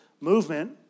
movement